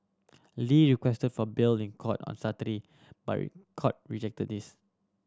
Lee requested for bail in court on Saturday but the court rejected this